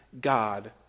God